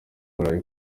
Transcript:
burayi